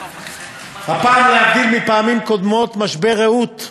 הפעם, להבדיל מפעמים קודמות, משבר "רעות"